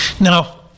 Now